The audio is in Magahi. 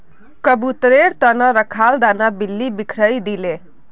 कबूतरेर त न रखाल दाना बिल्ली बिखरइ दिले